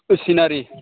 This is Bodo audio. सिनारि